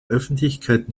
öffentlichkeit